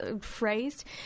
phrased